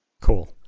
Cool